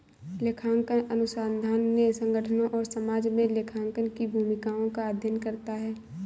लेखांकन अनुसंधान ने संगठनों और समाज में लेखांकन की भूमिकाओं का अध्ययन करता है